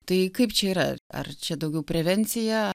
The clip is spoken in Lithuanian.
tai kaip čia yra ar čia daugiau prevencija